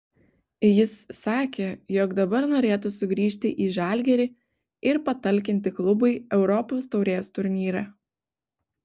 jis sakė jog dabar norėtų sugrįžti į žalgirį ir patalkinti klubui europos taurės turnyre